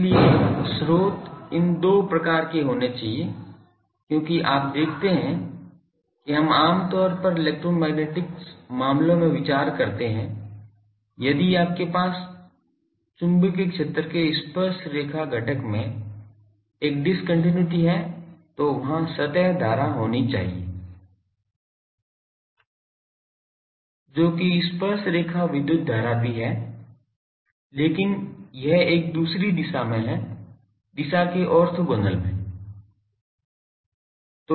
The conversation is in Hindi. इसलिए स्रोत इन दो प्रकार के होने चाहिए क्योंकि आप देखते हैं कि हम आम तौर पर इलेक्ट्रोमैग्नेटिक्स मामलों में विचार करते हैं यदि आपके पास चुंबकीय क्षेत्र के स्पर्शरेखा घटक में एक डिस्कन्टिन्यूइटी है तो वहाँ सतह धारा होनी चाहिए जो कि स्पर्शरेखा विद्युत धारा भी है लेकिन यह एक दूसरी दिशा में है दिशा के ऑर्थोगोनल में